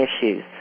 issues